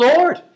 Lord